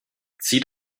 zieht